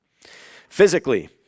Physically